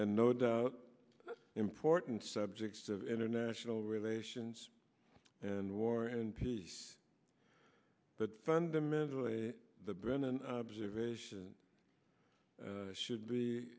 and no doubt important subjects of international relations and war and peace but fundamentally the brennan observation should be